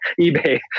eBay